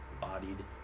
bodied